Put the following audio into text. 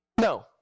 No